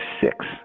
six